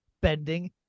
bending